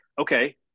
okay